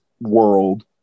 world